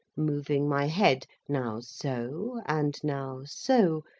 moving my head, now so, and now so,